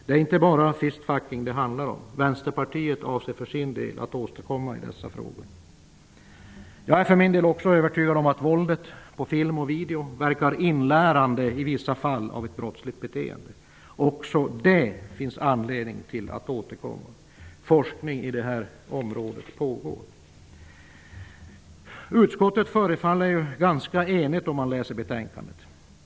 Det är inte bara fist-fucking som det handlar om. Vänsterpartiet avser att återkomma i dessa frågor. Jag är för min del också övertygad om att våldet på film och video i vissa fall verkar inlärande av ett brottsligt beteende. Också detta finns det anledning att återkomma till. Forskning på området pågår. Utskottet förefaller vara ganska enigt när man läser betänkandet.